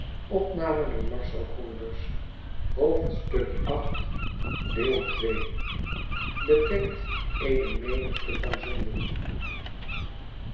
bedekt eene menigte van zonden